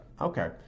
Okay